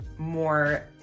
more